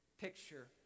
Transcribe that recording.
picture